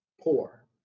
poor